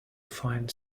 fine